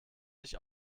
sich